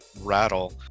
rattle